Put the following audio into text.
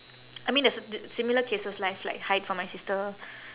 I mean there's t~ similar cases I've like hide for my sister